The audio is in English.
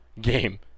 game